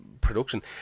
production